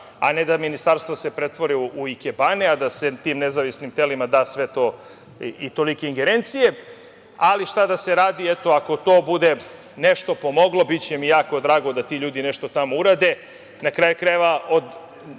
a ne da ministarstva se pretvore u ikebane, a da se tim nezavisnim telima daju tolike ingerencije. Šta da se radi, ako to bude nešto pomoglo, biće mi jako drago da ti ljudi nešto tamo urade. Na kraju krajeva,